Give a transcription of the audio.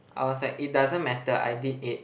I was like it doesn't matter I did it